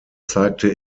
zeigte